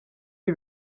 ibi